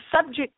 subject